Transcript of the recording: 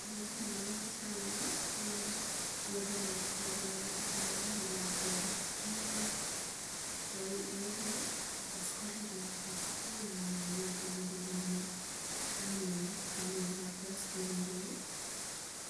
Pulet nemamache ane ko yapole lakwee yarire lakkwee, kemoi yoi yoirue igas korir lakwee kogoing'et ipikerr ile kaamne laakwe sikorirei.